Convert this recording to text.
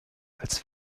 als